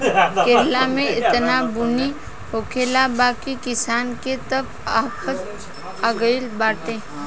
केरल में एतना बुनी होखले बा की किसान के त आफत आगइल बाटे